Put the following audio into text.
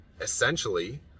essentially